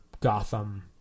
Gotham